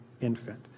infant